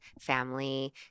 family